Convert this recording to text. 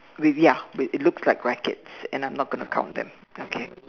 with ya with it looks like rackets and I'm not gonna count them okay